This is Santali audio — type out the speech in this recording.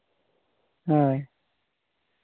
ᱦᱳᱭ